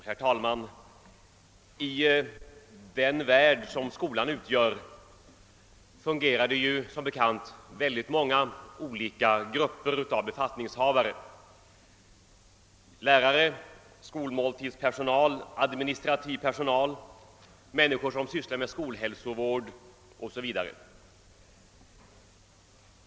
Herr talman! I den värld som skolan utgör fungerar det som bekant många olika grupper av befattningshavare: lärare, skolmåltidspersonal, administrativ personal, människor som sysslar med skolhälsovård o.s.v.